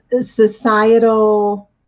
societal